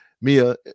Mia